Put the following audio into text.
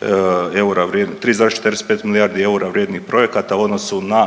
3,45 milijardi eura vrijednih projekata u odnosu na